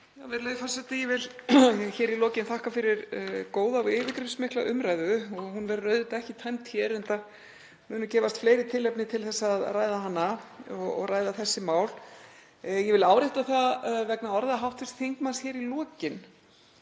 Virðulegi forseti. Ég vil hér í lokin þakka fyrir góða og yfirgripsmikla umræðu. Hún verður ekki tæmd hér enda munu gefast fleiri tilefni til þess að ræða hana og ræða þessi mál. Ég vil árétta það vegna orða hv. þingmanns hér í lokin